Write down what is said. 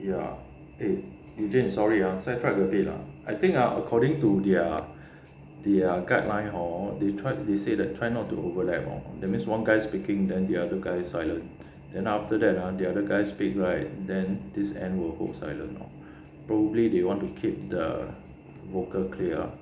ya eh eugene sorry ah sidetrack a bit ah I think ah according to their their guideline hor they say that try not to overlap hor that means one guy speaking than the other guy silent then after that ah the other guy speak right then this end will both silent probably they want to keep the vocal clear ah